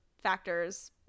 factors